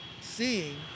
Seeing